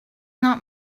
not